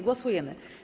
Głosujemy.